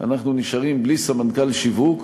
אנחנו נשארים בלי סמנכ"ל שיווק,